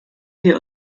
wir